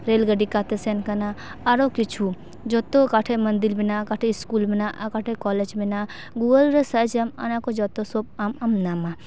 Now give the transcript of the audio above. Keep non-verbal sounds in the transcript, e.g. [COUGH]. ᱨᱮ ᱞ ᱜᱟᱰᱤ ᱠᱟᱛᱮ ᱥᱮᱱ ᱠᱟᱱᱟ ᱟᱨᱚ ᱠᱤᱪᱷᱩ ᱡᱚᱛᱚ ᱠᱟᱴᱷᱮᱡ ᱢᱚᱱᱫᱤᱨ ᱢᱮᱱᱟᱜᱼᱟ ᱠᱟᱴᱷᱮᱡ ᱤᱥᱠᱩᱞ ᱢᱮᱱᱟᱜ ᱚᱠᱟᱴᱷᱮᱡ ᱠᱚᱞᱮᱡᱽ ᱢᱮᱱᱟᱜᱼᱟ ᱜᱩᱜᱳᱞ ᱨᱮ ᱥᱟᱪᱟᱢ ᱚᱱᱟ ᱠᱚ ᱡᱚᱛᱚᱥᱚᱵ ᱟᱢ ᱟᱢ ᱱᱟᱢᱟ [UNINTELLIGIBLE]